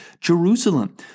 Jerusalem